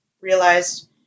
realized